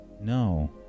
No